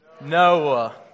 Noah